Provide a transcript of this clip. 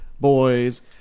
boys